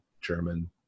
German